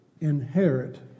inherit